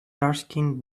darkskinned